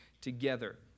together